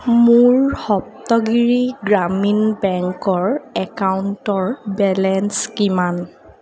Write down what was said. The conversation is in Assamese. মোৰ সপ্তগিৰি গ্ৰামীণ বেংকৰ একাউণ্টৰ বেলেঞ্চ কিমান